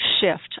shift